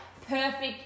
perfect